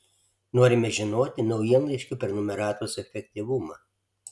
norime žinoti naujienlaiškio prenumeratos efektyvumą